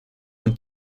und